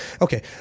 okay